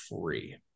free